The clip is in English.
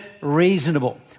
reasonable